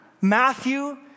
Matthew